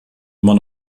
immer